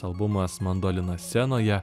albumas mandolina scenoje